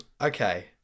okay